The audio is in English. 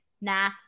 nah